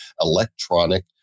electronic